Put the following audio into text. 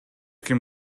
ким